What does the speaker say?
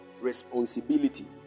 Responsibility